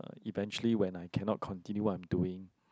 eventually when I cannot continue what I'm doing